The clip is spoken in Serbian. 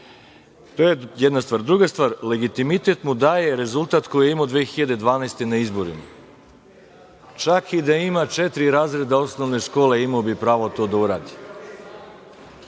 To je jedna stvar. Druga stvar, legitimitet mu daje rezultat koji je imao 2012. godine na izborima. Čak i da ima četiri razreda osnovne škole, imao bi pravo da to uradi.